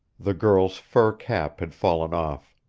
the girl's fur cap had fallen off.